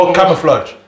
Camouflage